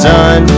Son